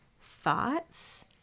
Thoughts